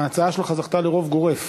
ההצעה שלך זכתה לרוב גורף.